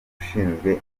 ushinzwe